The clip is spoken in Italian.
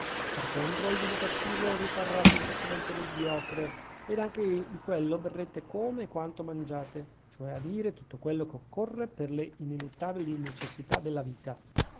per contro il vino cattivo vi parrà semplicemente mediocre ed anche di quello berrete come e quanto mangiate cioè a dire tutto quello che occorre per le ineluttabili necessità della vita